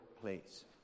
please